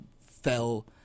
fell